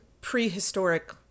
prehistoric